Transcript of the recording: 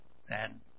sad